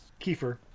Kiefer